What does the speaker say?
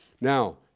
Now